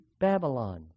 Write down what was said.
Babylon